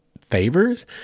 favors